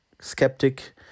skeptic